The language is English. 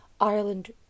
Ireland